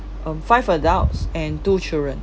um five adults and two children